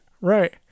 Right